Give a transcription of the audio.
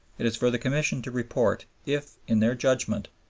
it is for the commission to report if, in their judgment,